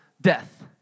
death